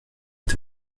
est